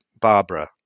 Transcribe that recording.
Barbara